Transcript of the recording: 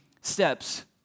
steps